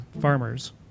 farmers